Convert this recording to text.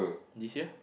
this year